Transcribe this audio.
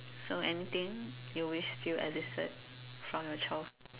so anything you wish still existed from your child